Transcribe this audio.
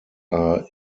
are